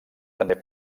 també